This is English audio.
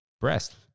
breast